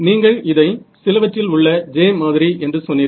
நீங்கள் இதை சிலவற்றில் உள்ள j மாதிரி என்று சொன்னீர்கள்